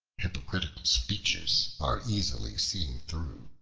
hypocritical speeches are easily seen through.